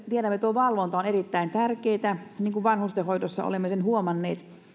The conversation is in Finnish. valvonta on erittäin tärkeätä niin kuin vanhustenhoidossa olemme sen huomanneet